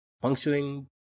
functioning